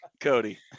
Cody